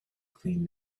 clean